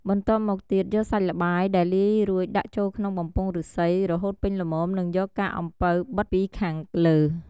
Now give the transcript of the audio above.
បន្ទាប់មកទៀត យកសាច់ល្បាយដែលលាយរួចដាក់ចូលក្នុងបំពង់ឫស្សី រហូតពេញល្មមនិងយកកាកអំពៅបិទពីខាងលើ។